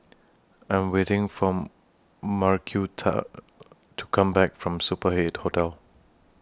I Am waiting For Marquita to Come Back from Super eight Hotel